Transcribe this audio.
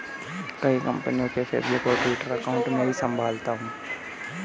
कई कंपनियों के फेसबुक और ट्विटर अकाउंट मैं ही संभालता हूं